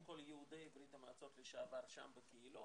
כל יהודי ברית המועצות לשעבר שם בקהילות,